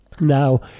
Now